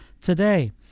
today